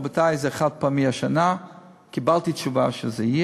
גם ענף התיירות נמצא במשבר וגם יש הזדמנות